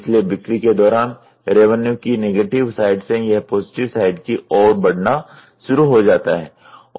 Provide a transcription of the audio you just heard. इसलिए बिक्री के दौरान रेवन्यू की नेगेटिव साइड से यह पॉजिटिव साइड की और बढ़ना शुरू हो जाता है